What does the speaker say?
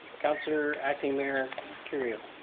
councilor acting mayor kerrio.